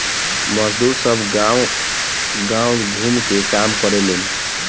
मजदुर सब गांव गाव घूम के काम करेलेन